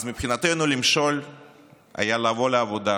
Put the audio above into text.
אז מבחינתנו למשול היה לבוא לעבודה,